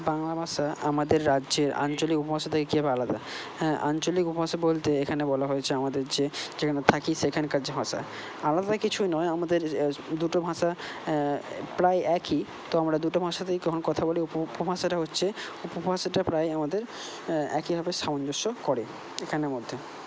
বাংলা ভাষা আমাদের রাজ্যের আঞ্চলিক উপভাষা থেকে কীভাবে আলাদা হ্যাঁ আঞ্চলিক উপভাষা বলতে এখানে বলা হয়েছে আমাদের যে যেখানে থাকি সেইখানকার যে ভাষা আলাদা কিছুই নয় আমাদের দুটো ভাষা প্রায় একই তো আমরা দুটো ভাষাতেই যখন কথা বলি উপভাষাটা হচ্ছে উপভাষাটা প্রায় আমাদের একইভাবে সামঞ্জস্য করে এখানের মধ্যে